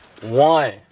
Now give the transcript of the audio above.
one